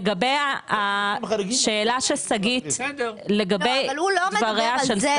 לגבי השאלה של שגית --- אבל הוא לא מדבר על זה